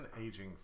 aging